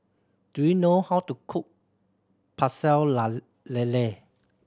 do you know how to cook pecel la lele